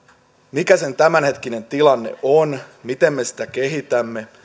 mikä sen tämänhetkinen tilanne on miten me sitä kehitämme